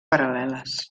paral·leles